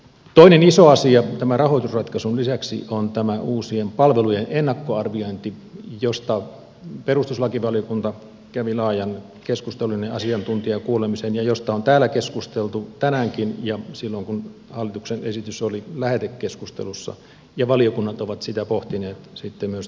toinen iso asia tämän rahoitusratkaisun lisäksi on tämä uusien palvelujen ennakkoarviointi josta perustuslakivaliokunta kävi laajan keskustelun ja asiantuntijakuulemisen ja josta on täällä keskusteltu tänäänkin ja silloin kun hallituksen esitys oli lähetekeskustelussa ja valiokunnat ovat sitä pohtineet sitten myös tahoillansa